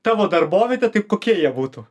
tavo darbovietę tai kokie jie būtų